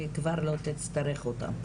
היא כבר לא תצטרך אותם,